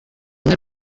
umwe